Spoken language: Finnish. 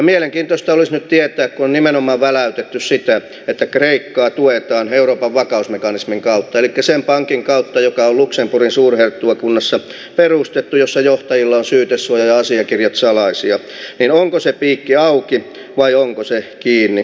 mielenkiintoista olisi nyt tietää kun nimenomaan on väläytetty sitä että kreikkaa tuetaan euroopan vakausmekanismin kautta elikkä sen pankin kautta joka on luxemburgin suurherttuakunnassa perustettu jossa johtajilla on syytesuoja ja asiakirjat salaisia että onko se piikki auki vai onko se kiinni